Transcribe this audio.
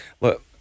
look